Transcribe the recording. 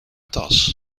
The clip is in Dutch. tas